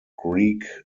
grieg